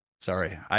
Sorry